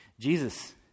Jesus